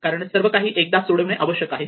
कारण सर्वकाही एकदाच सोडविणे आवश्यक आहे